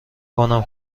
کنم